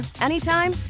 anytime